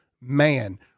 man